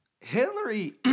Hillary